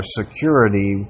security